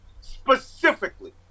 specifically